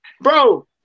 Bro